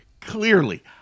clearly